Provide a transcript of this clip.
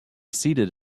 seated